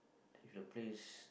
to the place